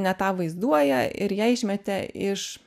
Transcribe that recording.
ne tą vaizduoja ir ją išmetė iš